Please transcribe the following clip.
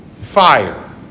fire